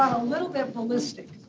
a little bit ballistic.